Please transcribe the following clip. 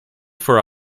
for